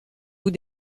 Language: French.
vous